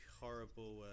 horrible